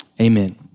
Amen